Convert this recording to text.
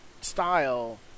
style